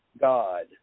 God